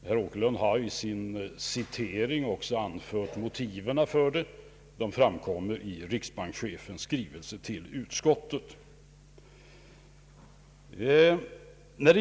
Herr Åkerlund har i sin citering också anfört motiven för det. Det framgår av riksbankschefens skrivelse till utskottet.